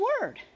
word